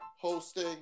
hosting